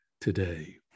today